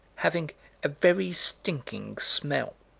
having a very stinking smell.